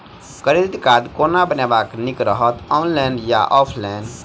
Credit card कोना बनेनाय नीक रहत? ऑनलाइन आ की ऑफलाइन?